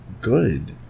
good